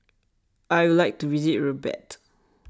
I'd like to visit Rabat